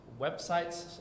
websites